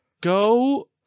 go